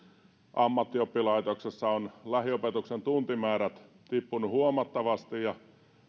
ammattioppilaitoksissa ovat lähiopetuksen tuntimäärät tippuneet huomattavasti ja